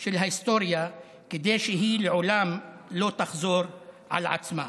של ההיסטוריה כדי שהיא לעולם לא תחזור על עצמה.